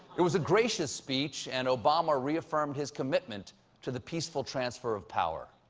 it was a gracious speech, and obama reaffirmed his commitment to the peaceful transfer of power.